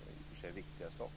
och det är i och för sig viktiga saker.